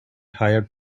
hired